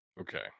Okay